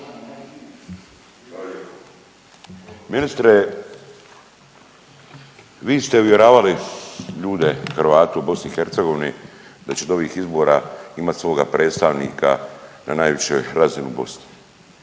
Ministre vi ste uvjeravali ljude Hrvate u BiH da će do ovih izbora imati svoga predstavnika na najvišoj razini u Bosni.